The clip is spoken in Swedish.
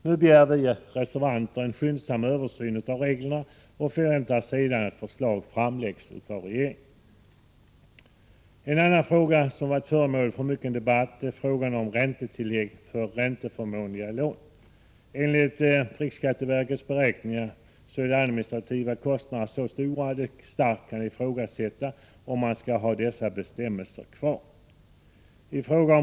Nu begär vi reservanter en skyndsam översyn av reglerna och förväntar att förslag sedan framläggs av regeringen. En annan fråga som har varit föremål för mycken debatt gäller räntetillägg för ränteförmånliga lån. Enligt riksskatteverkets beräkningar är de admini strativa kostnaderna så stora att det starkt kan ifrågasättas om man skall ha dessa bestämmelser kvar.